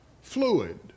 fluid